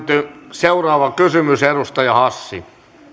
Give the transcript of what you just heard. seuraava kysymys edustaja hassi arvoisa puhemies